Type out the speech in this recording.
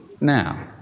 Now